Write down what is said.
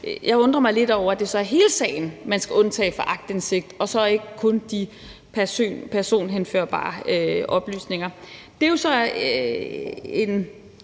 Jeg undrer mig lidt over, at det så er hele sagen, man skal undtage fra retten til aktindsigt, og ikke kun de personhenførbare oplysninger.